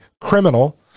criminal